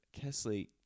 Kesley